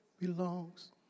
belongs